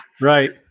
Right